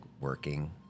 working